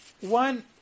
One